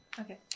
Okay